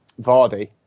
Vardy